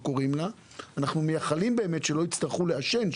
אנחנו מייחלים לכך שלא יצטרכו לעשן,